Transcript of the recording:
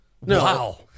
Wow